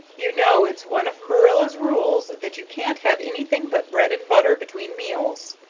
you know it's one of marilla's rules that you can't have anything but bread and butter between meals.